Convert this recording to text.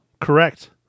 Correct